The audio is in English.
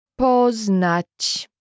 Poznać